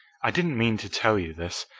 i didn't mean to tell you this,